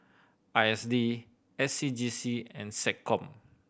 I S D S C G C and SecCom